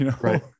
Right